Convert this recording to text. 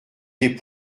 des